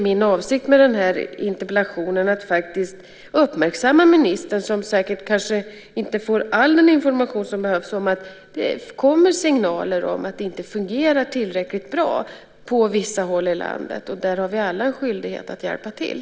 Min avsikt med den här interpellationen var faktiskt att uppmärksamma ministern, som kanske inte får all den information som behövs, på att det kommer signaler om att det inte fungerar tillräckligt bra på vissa håll i landet. Där har vi alla en skyldighet att hjälpa till.